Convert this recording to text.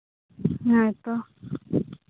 ᱦᱮᱸ ᱛᱚ